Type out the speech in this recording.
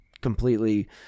completely